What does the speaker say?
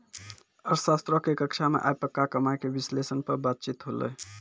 अर्थशास्त्रो के कक्षा मे आइ पक्का कमाय के विश्लेषण पे बातचीत होलै